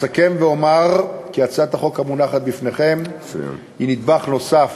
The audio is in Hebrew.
אסכם ואומר כי הצעת החוק המונחת בפניכם היא נדבך נוסף